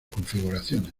configuraciones